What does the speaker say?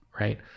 right